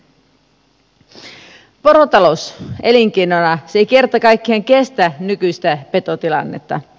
porotalous elinkeinona ei kerta kaikkiaan kestä nykyistä petotilannetta